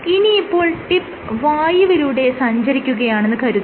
ഇനി ഇപ്പോൾ ടിപ്പ് വായുവിലൂടെ സഞ്ചരിക്കുകയാണെന്ന് കരുതുക